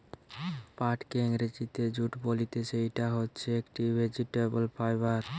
পাটকে ইংরেজিতে জুট বলতিছে, ইটা হচ্ছে একটি ভেজিটেবল ফাইবার